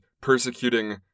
persecuting